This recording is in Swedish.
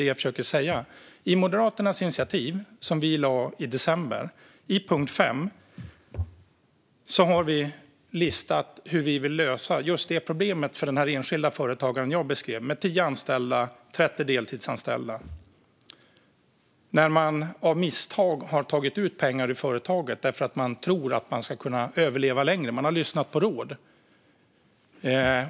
I punkt 5 i det initiativ som vi i Moderaterna lade fram i december har vi listat hur vi vill lösa problemet för den enskilda företagare som jag beskrev, med 10 anställda och 30 deltidsanställda. Företagaren tog av misstag ut pengar ur företaget därför att han trodde att företaget då skulle kunna överleva längre - han lyssnade på råd.